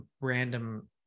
random